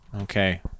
okay